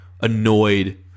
annoyed